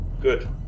good